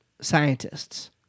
scientists